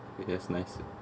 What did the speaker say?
yes nice